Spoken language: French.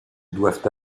doivent